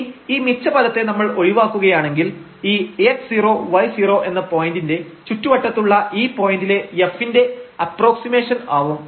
ഇനി ഈ മിച്ച പദത്തെ നമ്മൾ ഒഴിവാക്കുകയാണെങ്കിൽ ഈ x0y0 എന്ന പോയിന്റിന്റെ ചുറ്റുവട്ടത്തുള്ള ഈ പോയന്റിലെ f ന്റെ അപ്പ്രോക്സിമേഷൻ ആവും